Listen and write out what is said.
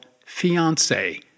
fiance